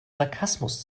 sarkasmus